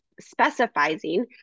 specifying